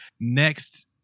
next